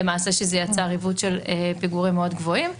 וזה יצר עיוות של פיגורים גבוהים מאוד.